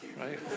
right